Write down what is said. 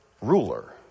ruler